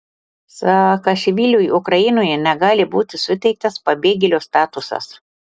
saakašviliui ukrainoje negali būti suteiktas pabėgėlio statusas